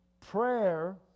prayer